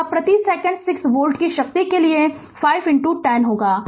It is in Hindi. तो यह प्रति सेकंड 6 वोल्ट की शक्ति के लिए 5 10 होगा